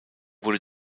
wurde